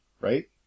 right